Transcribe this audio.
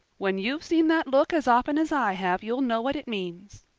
when you've seen that look as often as i have you'll know what it means.